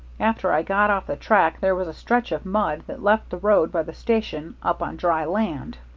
after i got off the track there was a stretch of mud that left the road by the station up on dry land.